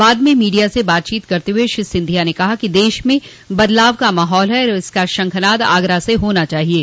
बाद में मीडिया से बातचीत करते हुए श्री सिंधिया ने कहा कि देश में बदलाव का माहौल है और इसका शंखनाद आगरा से होना चाहिये